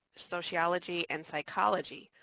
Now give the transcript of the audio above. sociology, and psychology,